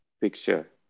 picture